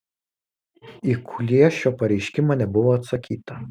į kuliešio pareiškimą nebuvo atsakyta